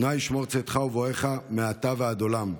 ה' ישמר צאתך ובואך מעתה ועד עולם".